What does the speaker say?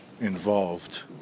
involved